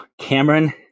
Cameron